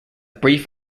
brief